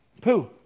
Poo